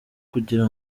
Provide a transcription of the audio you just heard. kugira